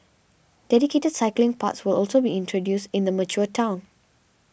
dedicated cycling paths will also be introduced in the mature town